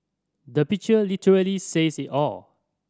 the picture literally says it all